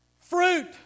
fruit